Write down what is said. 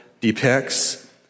depicts